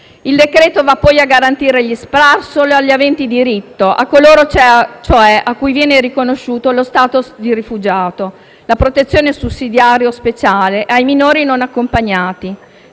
Il decreto-legge va poi a garantire gli SPRAR solo agli aventi diritto, a coloro cioè a cui viene riconosciuto lo *status* di rifugiato, la protezione sussidiaria o speciale e ai minori non accompagnati,